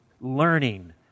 learning